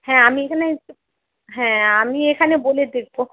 হ্যাঁ আমি এখানে হ্যাঁ আমি এখানে বলে দেখবো